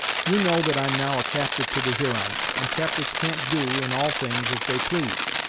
you know that i'm now a captyve to the hurons, and captyves can't do, in all things, as they please